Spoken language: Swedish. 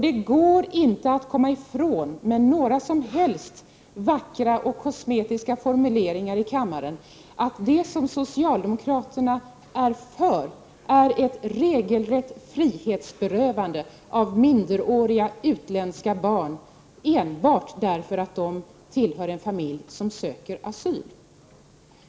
Det går inte att med några som helst vackra och kosmetiska formuleringar i kammaren komma ifrån att det som socialdemokraterna är för är ett regelrätt frihetsberövande av minderåriga utländska barn, enbart för att de tillhör en familj som söker asyl.